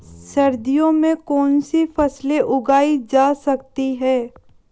सर्दियों में कौनसी फसलें उगाई जा सकती हैं?